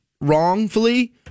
wrongfully